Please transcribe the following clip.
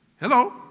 Hello